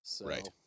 right